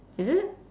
is it